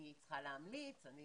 צריכה להמליץ, אני